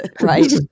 Right